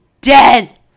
dead